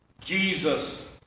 Jesus